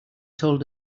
told